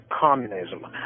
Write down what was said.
Communism